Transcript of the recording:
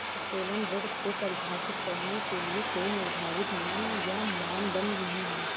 उत्तोलन ऋण को परिभाषित करने के लिए कोई निर्धारित नियम या मानदंड नहीं है